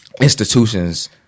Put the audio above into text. institutions